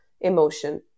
emotion